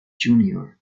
junior